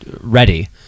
ready